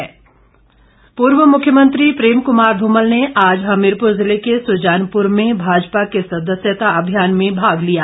धूमल पूर्व मुख्यमंत्री प्रेम कुमार धूमल ने आज हमीरपूर जिले के सुजानपूर में भाजपा के सदस्यता अभियान में भाग लिया